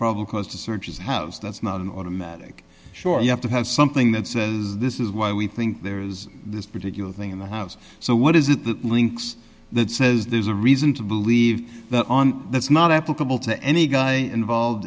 probable cause to search his house that's not an automatic sure you have to have something that says this is why we think there is this particular thing in the house so what is it that links that says there's a reason to believe that on that's not applicable to any guy involved